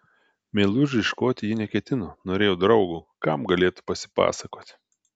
meilužio ieškoti ji neketino norėjo draugo kam galėtų pasipasakoti